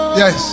yes